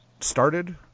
started